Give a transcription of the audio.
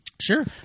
Sure